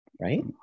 right